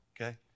okay